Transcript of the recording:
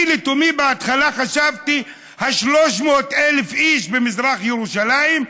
אני לתומי בהתחלה חשבתי ש-300,000 איש במזרח ירושלים,